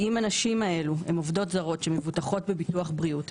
אם הנשים האלה הן עובדות זרות שמבוטחות בביטוח בריאות,